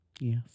Yes